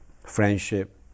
friendship